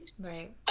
Right